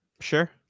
Sure